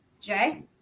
Jay